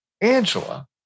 Angela